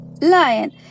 lion